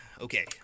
Okay